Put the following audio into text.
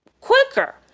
quicker